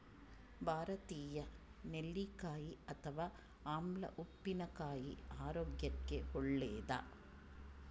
ಭಾರತೀಯ ನೆಲ್ಲಿಕಾಯಿ ಅಥವಾ ಆಮ್ಲ ಉಪ್ಪಿನಕಾಯಿ ಆರೋಗ್ಯಕ್ಕೆ ಒಳ್ಳೇದು